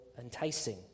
enticing